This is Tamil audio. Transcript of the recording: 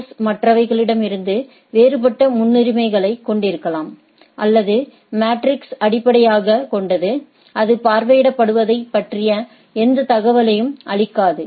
எஸ் மற்றவை களிடமிருந்து வேறுபட்ட முன்னுரிமைகளைக் கொண்டிருக்கலாம் அல்லது மேட்ரிக்ஸை அடிப்படையாகக் கொண்டது அது பார்வையிடப்படுவதைப் பற்றிய எந்த தகவலையும் அளிக்காது